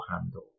handle